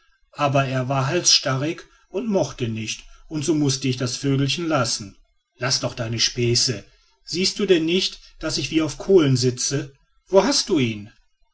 aber er war halsstarrig und mochte nicht und so mußte ich das vögelchen lassen laß doch jetzt deine späße siehst du denn nicht daß ich wie auf kohlen sitze wo hast du ihn